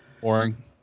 Boring